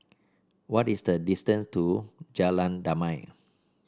what is the distance to Jalan Damai